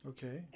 Okay